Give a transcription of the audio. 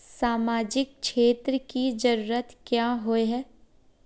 सामाजिक क्षेत्र की जरूरत क्याँ होय है?